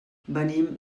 venim